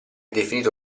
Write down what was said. definito